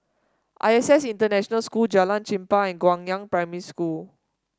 I S S International School Jalan Chempah and Guangyang Primary School